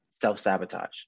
self-sabotage